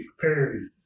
parody